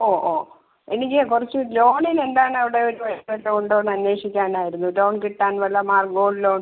ഓ ഓ എനിക്ക് കുറച്ച് ലോണിന് എന്താണ് അവിടെ ഒരു വഴി വല്ലതും ഉണ്ടോ എന്ന് അന്വേഷിക്കാനായിരുന്നു ലോൺ കിട്ടാൻ വല്ല മാർഗവും ലോ